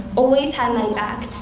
always had my back,